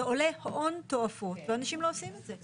זה עולה הון תועפות, ואנשים לא עושים את זה.